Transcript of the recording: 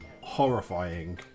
horrifying